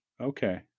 okay